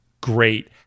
great